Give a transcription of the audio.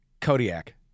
Kodiak